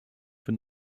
für